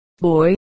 boy